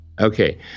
Okay